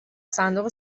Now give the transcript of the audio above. صندوق